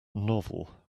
novel